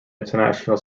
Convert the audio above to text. international